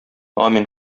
амин